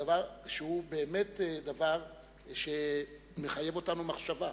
דבר שהוא באמת מחייב אותנו למחשבה.